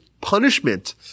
punishment